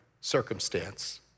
circumstance